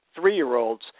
three-year-olds